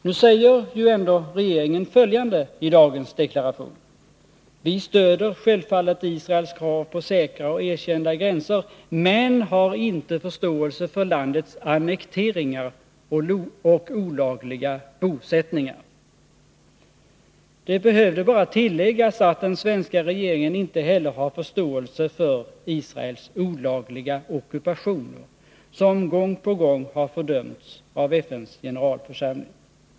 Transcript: Nu säger ju ändå regeringen följande i dagens deklaration: ”Vi stöder självfallet Israels krav på säkra och erkända gränser, men har inte förståelse för landets annekteringar och olagliga bosättningar.” Det behövde bara tilläggas att den svenska regeringen inte heller har förståelse för Israels olagliga ockupationer, som gång på gång har fördömts av FN:s generalförsamling.